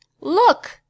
look